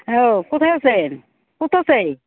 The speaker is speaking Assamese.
হ কোথাই আছেন কত আছে